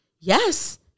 yes